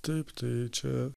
taip tai čia